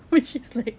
then she's like